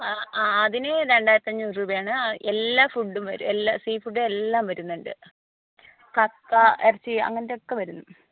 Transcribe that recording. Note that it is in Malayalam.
ആ ആ അതിന് രണ്ടായിരത്തി അഞ്ഞൂറ് രൂപയാണ് എല്ലാ ഫുഡും വരും എല്ലാ സീ ഫുഡും എല്ലാം വരുന്നുണ്ട് കക്ക ഇറച്ചി അങ്ങനത്തെ ഒക്കെ വരും